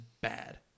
bad